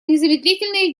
незамедлительные